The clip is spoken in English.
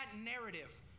narrative